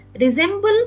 resemble